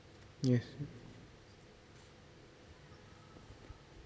yes